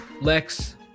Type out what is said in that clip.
lex